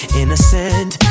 innocent